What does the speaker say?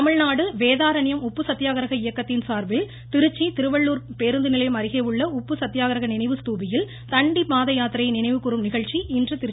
தமிழ்நாடு வேதாரண்யம் உப்பு சத்யாகிரக இயக்கத்தின் சார்பில் திருச்சி திருவள்ளூர் பேருந்துநிலையம் அருகே உள்ள உப்பு சத்யாகிரக நினைவு ஸ்தூபியில் தண்டி பாதயாத்திரையை நினைவு கூரும் நிகழ்ச்சி இன்று திருச்சியில் நடைபெற்றது